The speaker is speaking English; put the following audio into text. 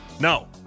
No